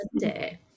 sunday